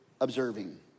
observing